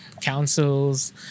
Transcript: councils